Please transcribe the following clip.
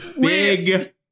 big